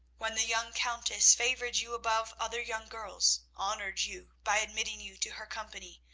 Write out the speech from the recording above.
when the young countess favoured you above other young girls, honoured you by admitting you to her company,